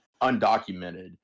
undocumented